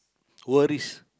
worries